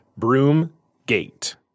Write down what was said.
BroomGate